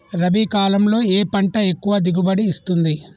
రబీ కాలంలో ఏ పంట ఎక్కువ దిగుబడి ఇస్తుంది?